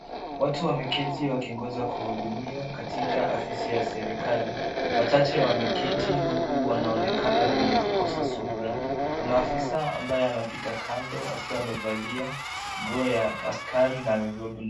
Watu wameketi wakingoja kuhudumiwa katika afisi ya serikali . Wachache wameketi huku wameonekana wenye kukosa subura. Kuna afisa ambaye anapita kando akiwa amevalia nguo ya askari na amebeba bunduki.